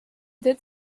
did